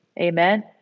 amen